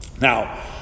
Now